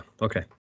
Okay